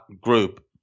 group